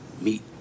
meet